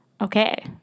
Okay